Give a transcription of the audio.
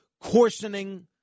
coarsening